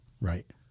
Right